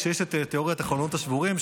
כשיש את תיאוריית החלונות השבורים,